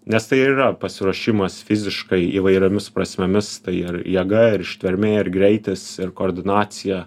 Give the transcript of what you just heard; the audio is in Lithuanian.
nes tai ir yra pasiruošimas fiziškai įvairiomis prasmėmis tai ir jėga ir ištvermė ir greitis ir koordinacija